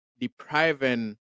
depriving